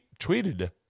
tweeted